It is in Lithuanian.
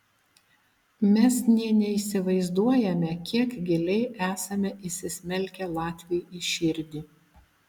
mes nė neįsivaizduojame kiek giliai esame įsismelkę latviui į širdį